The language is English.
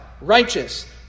righteous